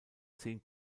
zehn